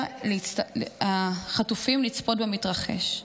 החטופים לצפות במתרחש.